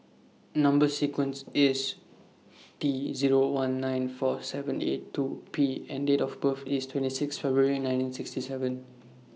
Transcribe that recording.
Number sequence IS T Zero one nine four seven eight two P and Date of birth IS twenty six February nineteen sixty seven